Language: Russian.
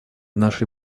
нашей